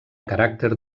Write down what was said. caràcter